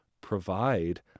provide